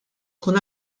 tkun